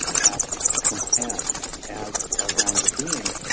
happy, content as our ground of being,